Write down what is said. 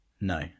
No